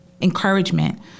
encouragement